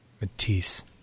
Matisse